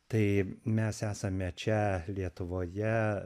tai mes esame čia lietuvoje